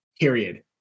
period